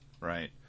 right